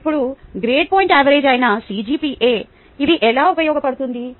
ఇప్పుడు grade point average అయిన సిజిపిఎకు ఇది ఎలా ఉపయోగపడుతుంది